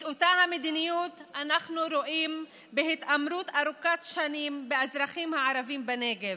את אותה המדיניות אנחנו רואים בהתעמרות ארוכת שנים באזרחים הערבים בנגב,